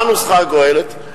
מה הנוסחה הגואלת?